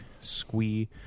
Squee